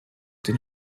den